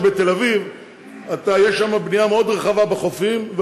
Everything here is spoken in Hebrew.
בתל-אביב יש בנייה מאוד רחבה בחופים,